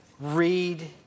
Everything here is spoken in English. read